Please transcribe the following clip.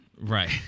Right